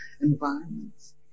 environments